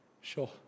sure